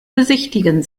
besichtigen